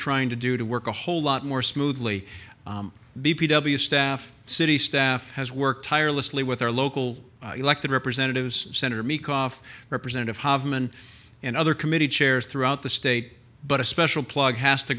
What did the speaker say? trying to do to work a whole lot more smoothly b p w staff city staff has worked tirelessly with our local elected representatives senator me cough representative harman and other committee chairs throughout the state but a special plug has to